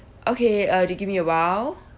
okay uh you give me awhile